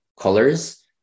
colors